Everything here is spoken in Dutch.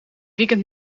weekend